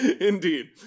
Indeed